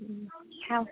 खाऊ